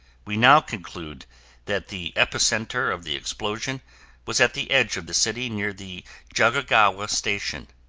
we now conclude that the epicenter of the explosion was at the edge of the city near the jokogawa station,